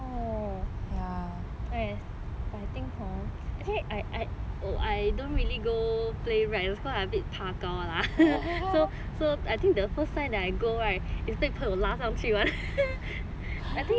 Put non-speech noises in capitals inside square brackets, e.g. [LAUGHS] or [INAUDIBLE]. but I think hor actually I I I don't really go play rides cause I a bit 怕高 lah [LAUGHS] so so I think the first time I go it's 被朋友拉上去 [one] [LAUGHS] I forgot what is that ride ah